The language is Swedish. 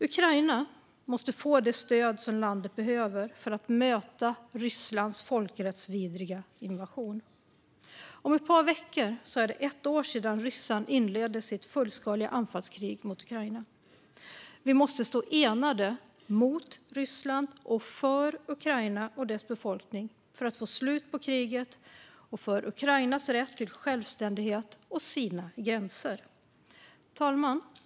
Ukraina måste få det stöd som landet behöver för att möta Rysslands folkrättsvidriga invasion. Om bara ett par veckor är det ett år sedan Ryssland inledde sitt fullskaliga anfallskrig mot Ukraina. Vi måste stå enade mot Ryssland och för Ukraina och dess befolkning för att få slut på kriget och för Ukrainas rätt till självständighet och till sina gränser. Fru talman!